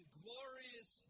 glorious